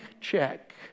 check